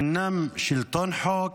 אינם שלטון חוק,